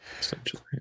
Essentially